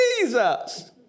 Jesus